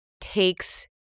takes